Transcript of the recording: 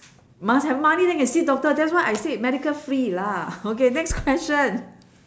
must have money then can see doctor that's why I said medical free lah okay next question